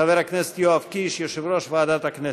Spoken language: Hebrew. חבר הכנסת יואב קיש, יושב-ראש ועדת הכנסת.